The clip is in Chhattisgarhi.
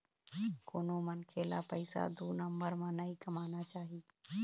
कोनो मनखे ल पइसा दू नंबर म नइ कमाना चाही